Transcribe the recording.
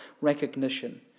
recognition